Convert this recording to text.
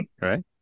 Right